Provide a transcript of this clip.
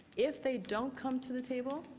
if they don't come to the table,